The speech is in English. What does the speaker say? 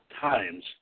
times